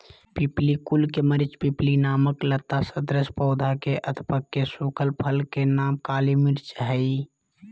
पिप्पली कुल के मरिचपिप्पली नामक लता सदृश पौधा के अधपके सुखल फल के नाम काली मिर्च हई